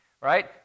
right